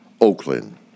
Oakland